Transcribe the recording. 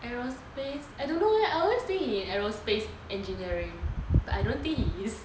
aerospace I don't know eh I always think he in aerospace engineering but I don't think he is